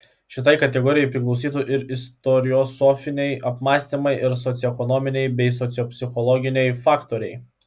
šiai kategorijai priklausytų ir istoriosofiniai apmąstymai ir socioekonominiai bei sociopsichologiniai faktoriai